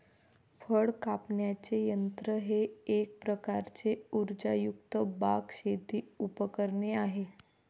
फळ कापण्याचे यंत्र हे एक प्रकारचे उर्जायुक्त बाग, शेती उपकरणे आहे